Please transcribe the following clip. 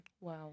Wow